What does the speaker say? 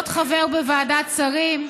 להיות חבר בוועדת שרים,